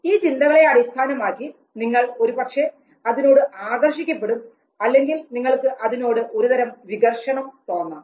ഈ ചിന്തകളെ അടിസ്ഥാനമാക്കി നിങ്ങൾ ഒരുപക്ഷേ അതിനോട് ആകർഷിക്കപ്പെടും അല്ലെങ്കിൽ നിങ്ങൾക്ക് അതിനോട് ഒരു തരം വികർഷണം തോന്നാം